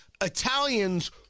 Italians